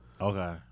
Okay